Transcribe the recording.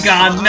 God